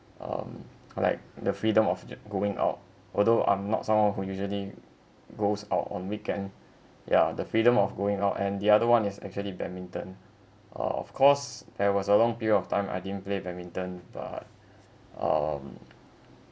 um like the freedom of ju~ going out although I'm not someone who usually goes out on weekend yeah the freedom of going out and the other one is actually badminton uh of course there was a long period of time I didn't play badminton but um